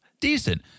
Decent